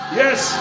yes